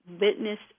witness